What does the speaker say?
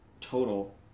total